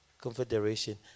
confederation